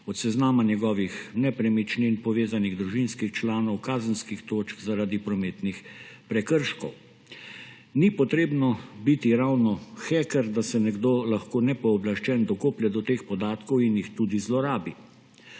od seznama njegovih nepremičnin, povezanih družinskih članov do kazenskih točk zaradi prometnih prekrškov. Ni potrebno biti ravno heker, da se lahko nekdo nepooblaščen dokoplje do teh podatkov in jih tudi zlorabi.